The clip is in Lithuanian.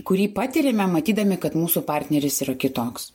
kurį patiriame matydami kad mūsų partneris yra kitoks